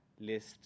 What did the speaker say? list